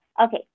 Okay